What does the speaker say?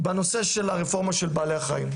בנושא רפורמת בעלי החיים,